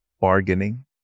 Bargaining